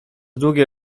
długie